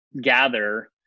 gather